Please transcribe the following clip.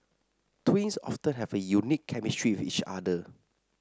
twins often have a unique chemistry with each other